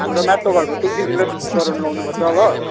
हाम्रो माथिल्लो घरको तुलसी दिदीलाई गराउनु लाउनु पर्छ ल